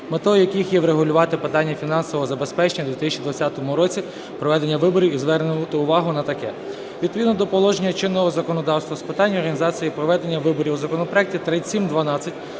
метою яких є врегулювати питання фінансового забезпечення у 2020 році проведення виборів і звернути увагу на таке. Відповідно до положень чинного законодавства з питань організації проведення виборів, у законопроекті 3712